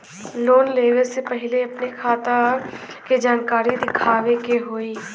Loan लेवे से पहिले अपने खाता के जानकारी दिखावे के होई?